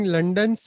London